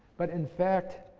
but in fact,